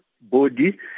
body